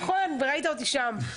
נכון, וראית אותי שם.